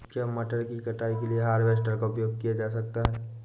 क्या मटर की कटाई के लिए हार्वेस्टर का उपयोग कर सकते हैं?